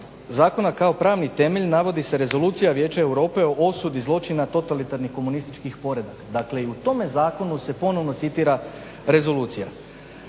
zakona, kao pravni temelj navodi se Rezolucija Vijeća Europe o osudi zločina totalitarnih komunističkih poredaka. Dakle, i u tome zakonu se ponovno citira rezolucija.